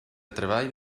treball